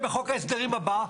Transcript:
זה אחר כך יהיה בחוק ההסדרים הבא,